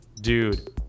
dude